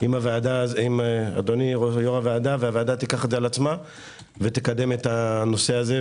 אם אדוני יו"ר הוועדה והוועדה תיקח את זה על עצמה ותקדם את הנושא הזה,